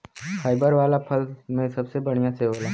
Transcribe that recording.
fibre वाला फल में सबसे बढ़िया सेव होला